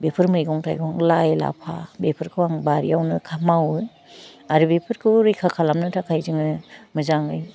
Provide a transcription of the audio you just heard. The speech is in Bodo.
बेफोर मैगं थाइगं लाइ लाफा बेफोरखौ आं बारियावो खा मावो आर बेफोरखौ रैखा खालामनो थाखाय जोङो मोजाङै